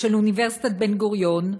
של אוניברסיטת בן-גוריון,